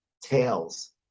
tails